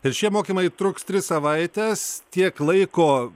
ir šie mokymai truks tris savaites tiek laiko